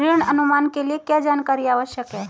ऋण अनुमान के लिए क्या जानकारी आवश्यक है?